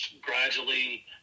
gradually